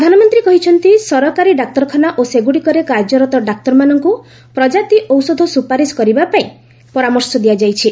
ପ୍ରଧାନମନ୍ତ୍ରୀ କହିଛନ୍ତି ସରକାରୀ ଡାକ୍ତରଖାନା ଓ ସେଗୁଡ଼ିକରେ କାର୍ଯ୍ୟରତ ଡାକ୍ତରମାନଙ୍କୁ ପ୍ରଜାତି ଔଷଧ ସୁପାରିସ କରିବାପାଇଁ ପରାମର୍ଶ ଦିଆଯାଇଛି